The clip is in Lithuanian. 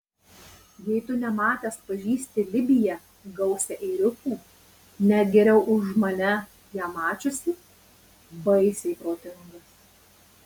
jei tu nematęs pažįsti libiją gausią ėriukų net geriau už mane ją mačiusį baisiai protingas